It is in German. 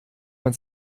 man